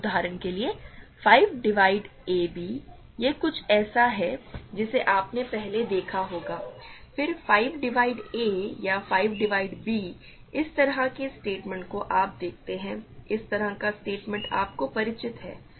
उदाहरण के लिए 5 डिवाइड a b यह कुछ ऐसा है जिसे आपने पहले देखा होगा फिर 5 डिवाइड a या 5 डिवाइड b इस तरह के स्टेटमेंट को आप देखते हैं इस तरह का स्टेटमेंट आपको परिचित है